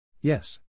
Yes